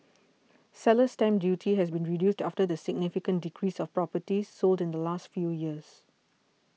seller's stamp duty has been reduced after the significant decrease of properties sold in the last few years